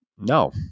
no